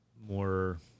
more